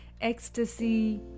ecstasy